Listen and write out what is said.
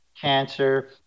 cancer